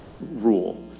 rule